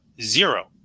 zero